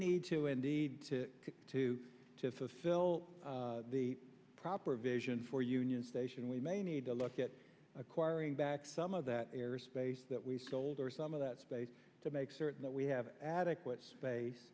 need to indeed to to to fulfill the proper vision for union station we may need to look at acquiring back some of that air space that we've sold or some of that space to make certain that we have adequate space